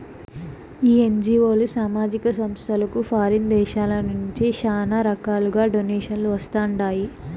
ఈ ఎన్జీఓలు, సామాజిక సంస్థలకు ఫారిన్ దేశాల నుంచి శానా రకాలుగా డొనేషన్లు వస్తండాయి